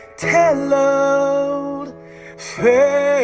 tell old pharaoh